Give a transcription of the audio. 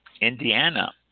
Indiana